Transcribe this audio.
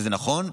זה נכון,